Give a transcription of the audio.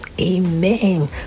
Amen